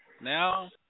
Now